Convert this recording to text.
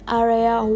area